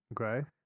Okay